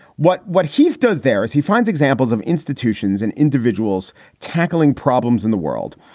what what he's does there is he finds examples of institutions and individuals tackling problems in the world,